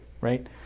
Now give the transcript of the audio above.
right